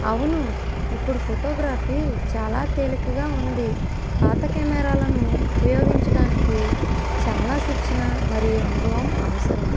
అవును ఇప్పుడు ఫోటోగ్రాఫీ చాలా తేలికగా ఉంది పాత కెమెరాలను ఉపయోగించటానికి చాలా శిక్షణ మరియు అనుభవం అవసరం